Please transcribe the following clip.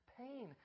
pain